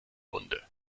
wunde